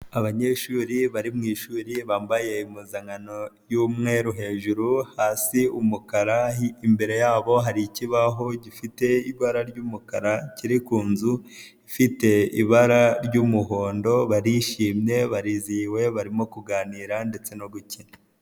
Abanyeshuri bari mu ishuri bambaye impuzankano y'umweru hejuru, hasi umukara, imbere yabo hari ikibaho gifite ibara ry'umukara, kiri ku nzu ifite ibara ry'umuhondo, barishimye, barizihiwe barimo kuganira ndetse no gukina.